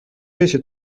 بشه